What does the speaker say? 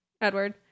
Edward